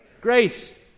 Grace